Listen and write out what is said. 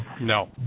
No